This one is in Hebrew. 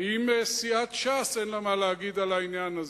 האם סיעת ש"ס אין לה מה להגיד על העניין הזה,